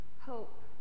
Hope